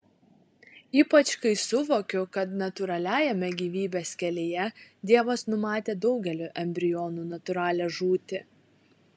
ypač kai suvokiu kad natūraliajame gyvybės kelyje dievas numatė daugelio embrionų natūralią žūtį